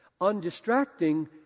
Undistracting